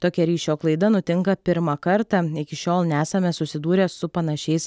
tokia ryšio klaida nutinka pirmą kartą iki šiol nesame susidūrę su panašiais